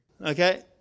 Okay